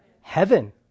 Heaven